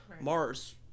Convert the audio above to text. Mars